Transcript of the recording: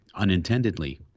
unintendedly